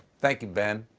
thank you, ben.